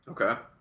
Okay